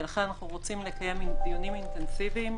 לכן אנחנו רוצים לקיים דיונים אינטנסיביים,